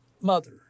mother